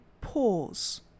pause